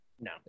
no